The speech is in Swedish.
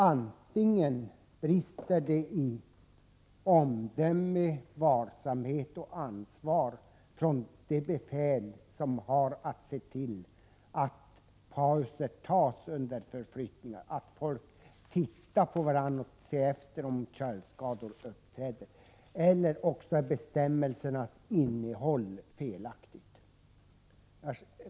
Antingen brister det i omdöme, varsamhet och ansvar från de befäl som har att se till att pauser tas under förflyttningar, att folk tittar på varandra och ser efter om köldskador uppträder, eller också är bestämmelsernas innehåll felaktigt.